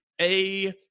A-